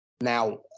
Now